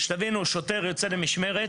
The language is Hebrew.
תבינו ששוטר שיוצא למשמרת,